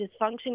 dysfunction